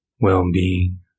well-being